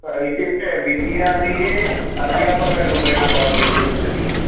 इत्युक्ते विद्यालये अध्यापकरूपेण भवान् गन्तुमिच्छति इति